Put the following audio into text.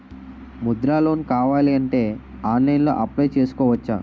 Mudra loan కావాలి అంటే ఆన్లైన్లో అప్లయ్ చేసుకోవచ్చా?